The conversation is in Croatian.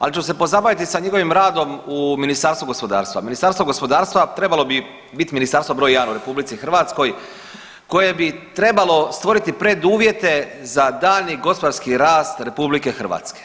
Ali ću se pozabaviti sa njegovim radom u Ministarstvu gospodarstva, Ministarstvo gospodarstva trebalo bi bit ministarstvo br. 1 u RH koje bi trebalo stvoriti preduvjete za daljnji gospodarski rast RH.